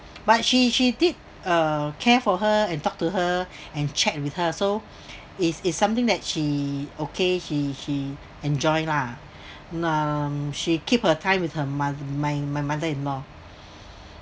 but she she did uh care for her and talk to her and chat with her so it is something that she okay she she enjoy lah um she keep her time with her mother my my mother-in-law